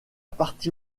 partie